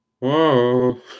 Whoa